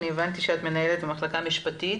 עד שהיא תתחבר, אני אומר משהו.